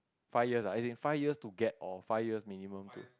five years lah as in five years to get all five years minimum to